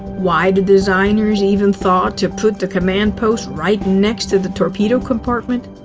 why the designers even thought to put the command post right next to the torpedo compartment,